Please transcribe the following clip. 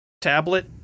tablet